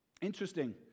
Interesting